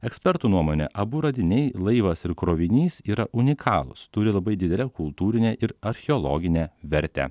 ekspertų nuomone abu radiniai laivas ir krovinys yra unikalūs turi labai didelę kultūrinę ir archeologinę vertę